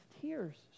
tears